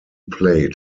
played